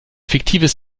fiktives